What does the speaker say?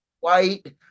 white